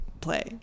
play